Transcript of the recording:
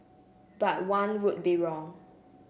but one would be wrong